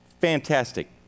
fantastic